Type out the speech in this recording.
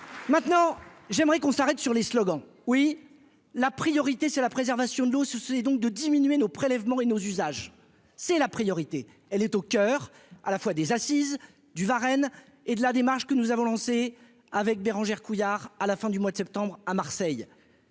maintenant j'aimerais qu'on s'arrête sur les slogans oui, la priorité c'est la préservation de l'eau sous et donc de diminuer nos prélèvements et nos usages, c'est la priorité, elle est au coeur, à la fois des Assises du Varenne et de la démarche que nous avons lancée avec Bérangère Couillard, à la fin du mois de septembre à Marseille.